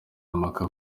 impaka